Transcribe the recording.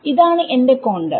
ഇതാണ് എന്റെ കോണ്ടർ